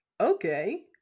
okay